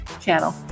channel